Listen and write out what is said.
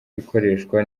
ikoreshwa